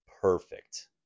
perfect